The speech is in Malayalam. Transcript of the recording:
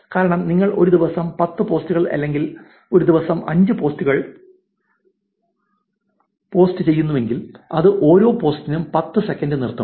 കാരണം നിങ്ങൾ ഒരു ദിവസം 10 പോസ്റ്റുകൾ അല്ലെങ്കിൽ ഒരു ദിവസം 5 പോസ്റ്റുകൾ പോസ്റ്റുചെയ്യുന്നുവെങ്കിൽ അത് ഓരോ പോസ്റ്റിനും പത്ത് സെക്കൻഡ് നിർത്തും